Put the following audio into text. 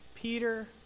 Peter